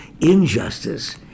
Injustice